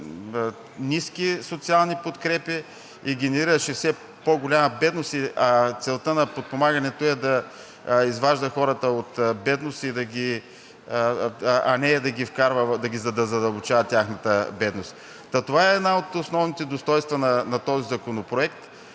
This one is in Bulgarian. ниски социални подкрепи и генерираше все по-голяма бедност, но целта на подпомагането е да изважда хората от бедност, а не да задълбочава тяхната бедност. Това е едно от основните достойнства на този законопроект.